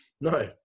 No